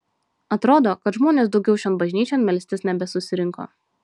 atrodo kad žmonės daugiau šion bažnyčion melstis nebesusirinko